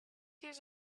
hears